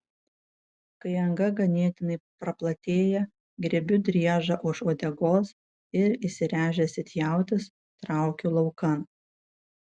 kai anga ganėtinai praplatėja griebiu driežą už uodegos ir įsiręžęs it jautis traukiu laukan